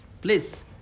please